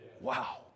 Wow